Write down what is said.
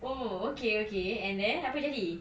oh okay okay and then apa jadi